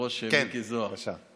היושב-ראש מיקי זוהר, כן, בבקשה.